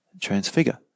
transfigure